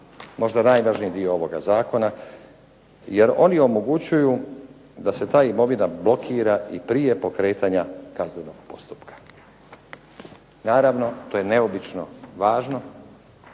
možda najvažniji dio ovoga zakona jer oni omogućuju da se ta imovina blokira i prije pokretanja kaznenog postupka. Naravno, to je neobično važno,